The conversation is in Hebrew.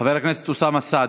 חבר הכנסת אוסאמה סעדי,